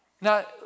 Now